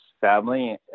family